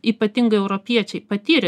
ypatingai europiečiai patyrė